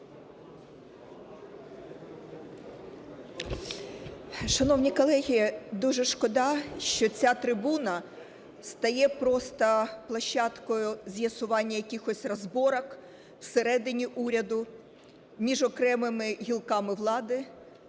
Шановні колеги, дуже шкода, що ця трибуна стає просто площадкою з'ясування якихось розборок всередині уряду, між окремими гілками влади.